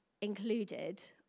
included